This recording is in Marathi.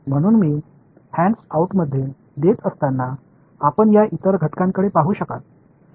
म्हणून मी हॅन्ड्स आऊटमध्ये देत असताना आपण या इतर घटनांकडे पाहू शकाल